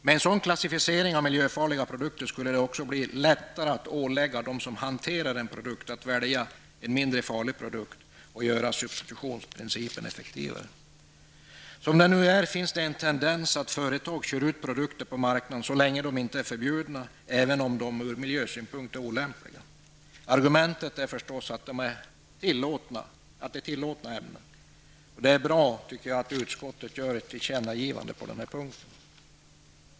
Med en sådan klassificering av miljöfarliga produkter skulle det också bli lättare att ålägga dem som hanterar en produkt, att välja en mindre farlig produkt och därmed göra substitutionsprincipen effektivare. Som det nu är finns det en tendens att företag kör ut produkter på marknaden så länge de inte är förbjudna, även om de ur miljösynpunkt är olämpliga. Argumentet är förstås att det är tillåtna ämnen. Det är bra att utskottet gör ett tillkännagivande på denna punkt.